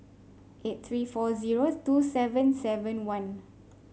eight three four zero two seven seven one